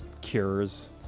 cures